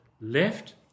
left